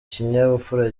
kinyabupfura